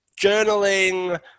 journaling